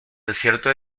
desierto